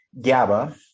GABA